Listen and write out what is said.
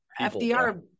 FDR